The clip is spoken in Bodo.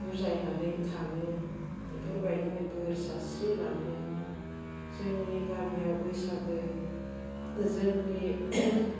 बुजायनानै थाङो बेफोरबायदिनो बोर सास्रिलाङो जोंनि गामियाव बैसागु जोंनि